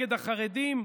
נגד החרדים.